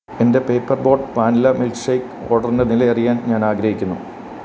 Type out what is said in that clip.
എന്റെ paper boat vanilla milk shake ഓഡറിന്റെ നില അറിയാൻ ഞാനാഗ്രഹിക്കുന്നു